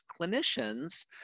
clinicians